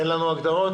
תן לנו הגדרות,